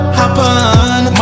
happen